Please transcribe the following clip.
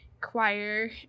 choir